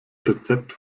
rezept